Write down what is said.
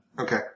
Okay